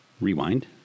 Rewind